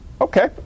okay